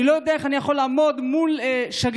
אני לא יודע איך אוכל לעמוד מול שגרירים,